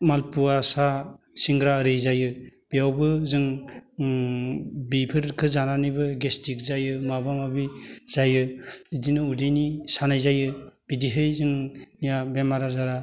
मालफवा साहा सिंग्रा एरि जायो बेयावबो जों ओम बिफोरखो जानानैबो गेस्ट्रिक जायो माबा माबि जायो इदिनो उदैनि सानाय जायो बिदियै जोंनिया बेमार आजारा